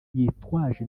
yitwaje